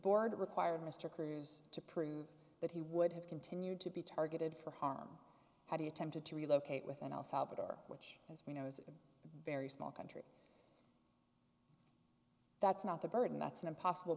board required mr cruz to prove that he would have continued to be targeted for harm how do you tempted to relocate with an el salvador which as we know is a very small country that's not a burden that's an impossible